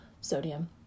sodium